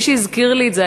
מי שהזכיר לי את זה,